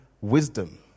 wisdom